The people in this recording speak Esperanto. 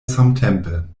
samtempe